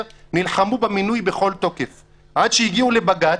נלחמו במינוי בכל תוקף עד שהגיעו לבג"ץ,